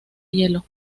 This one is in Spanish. hielo